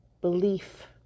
belief